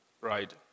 Right